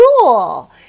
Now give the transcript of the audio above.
cool